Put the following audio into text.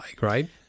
right